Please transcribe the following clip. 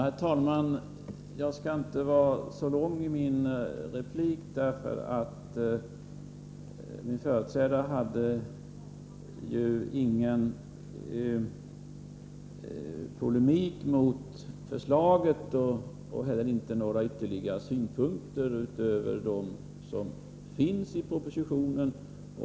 Herr talman! Jag skall inte tala så länge, eftersom min företrädare inte kom med någon polemik mot förslaget. Några synpunkter förutom dem som finns i propositionen gavs inte.